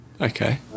Okay